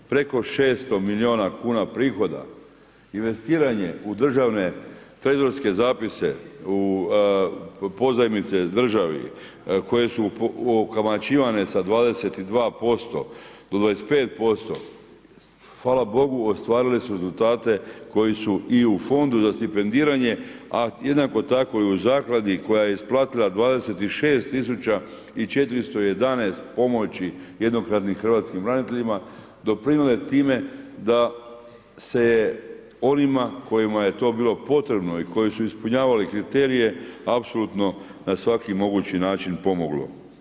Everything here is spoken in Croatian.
Preko 600 milijuna kuna prihoda investiranje u državne trezorske zapise, u pozajmice državi koje su ukamaćivane sa 22% do 25%, hvala Bogu ostvarile su rezultate koji su i u Fondu za stipendiranje a jednako tako i u Zakladi koja je isplatila 26 tisuća i 411 pomoći jednokratnih hrvatskim braniteljima doprinijele time da se je onima kojima je to bilo potrebno i koji su ispunjavali kriterije apsolutno na svaki mogući način pomoglo.